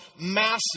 massive